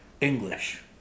English